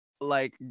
like-